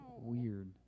weird